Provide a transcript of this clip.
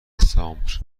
دسامبر